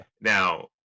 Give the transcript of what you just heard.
Now